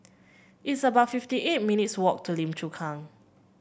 it's about fifty eight minutes' walk to Lim Chu Kang